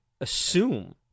assume